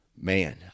Man